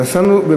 זה הכי חשוב.